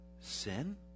sin